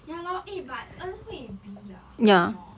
ya lor eh but en hui B ah 为什么